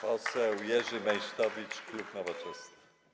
Poseł Jerzy Meysztowicz, klub Nowoczesna.